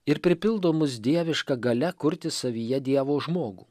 ir pripildo mus dieviška galia kurti savyje dievo žmogų